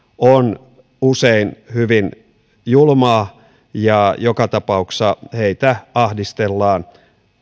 on usein hyvin julmaa ja joka tapauksessa heitä ahdistellaan